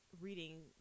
reading